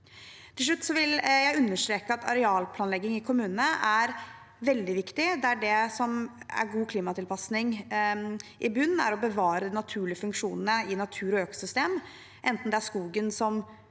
Til slutt vil jeg understreke at arealplanlegging i kommunene er veldig viktig. Det som er god klimatilpasning i bunnen, er å bevare de naturlige funksjonene i natur og økosystem, enten det er skogen som